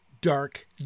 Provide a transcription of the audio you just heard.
dark